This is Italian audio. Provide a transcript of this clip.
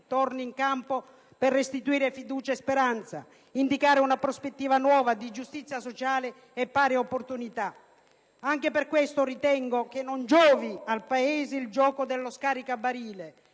torni in campo per restituire fiducia e speranza, indicare una prospettiva nuova di giustizia sociale e pari opportunità. Anche per questo ritengo che non giovi al Paese il gioco dello «scaricabarile»: